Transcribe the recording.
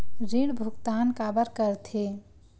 ऋण भुक्तान काबर कर थे?